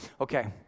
Okay